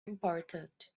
important